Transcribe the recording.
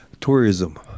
tourism